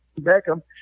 Beckham